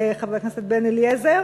חבר הכנסת בן-אליעזר,